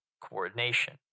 coordination